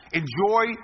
enjoy